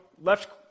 left